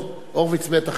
הורוביץ בטח כבר לא,